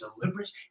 deliberate